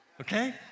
Okay